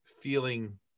feeling